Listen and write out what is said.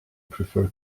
prefer